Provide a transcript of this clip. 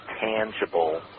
tangible